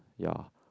ya